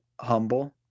humble